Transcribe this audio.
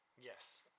Yes